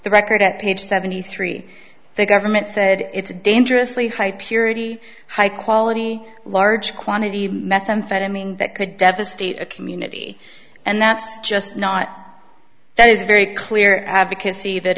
the record at page seventy three the government said it's a dangerously high purity high quality large quantity of methamphetamine that could devastate a community and that's just not that is very clear advocacy that